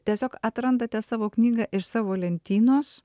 tiesiog atrandate savo knygą iš savo lentynos